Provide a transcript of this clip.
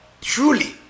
truly